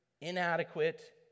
inadequate